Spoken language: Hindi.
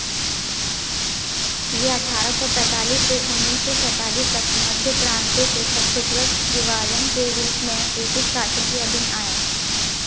यह अठारह सौ पैंतालीस से उन्नीस सौ सैंतालीस तक मध्य प्रान्तों के छत्तीसगढ़ विभाजन के रूप में ब्रिटिश शासन के अधीन आया